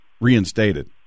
reinstated